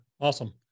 Awesome